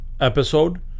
episode